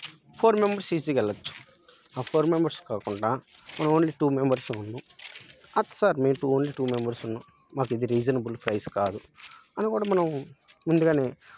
four members ఈసీగెళ్ళొచ్చు ఆ four members కాకుండా మనం ఓన్లీ టూ మెంబెర్సే ఉన్నాం సార్ మేం ఓన్లీ టూ మెంబర్స్ ఉన్నాం మాకు ఇది రీజనబుల్ ప్రైస్ కాదు అని కూడా మనం ముందుగానే